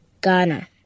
Ghana